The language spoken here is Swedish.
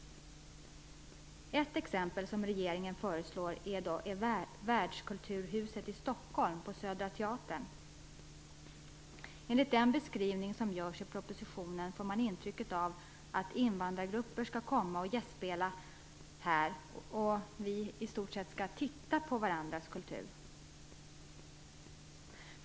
Ett exempel på vad regeringen föreslår är världskulturhuset på Södra Teatern i Stockholm. Enligt den beskrivning som görs i propositionen får man intrycket att invandrargrupper skall komma och gästspela här och att vi skall titta på varandras kultur.